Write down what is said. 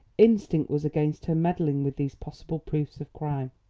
instinct was against her meddling with these possible proofs of crime.